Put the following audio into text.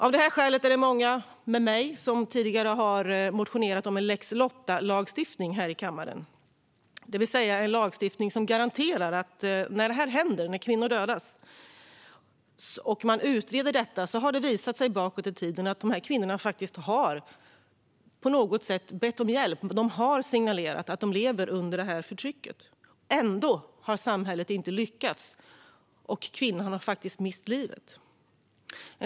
Av detta skäl är det många med mig som tidigare har motionerat om en lex Lotta. När detta händer - när kvinnor dödas - och man utreder det har det visat sig bakåt i tiden att dessa kvinnor faktiskt på något sätt har bett om hjälp. De har signalerat att de lever under detta förtryck. Ändå har samhället inte lyckats, och kvinnorna har mist livet.